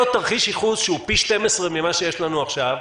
תרחיש ייחוס שהוא פי 12 ממה שיש לנו עכשיו,